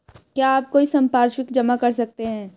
क्या आप कोई संपार्श्विक जमा कर सकते हैं?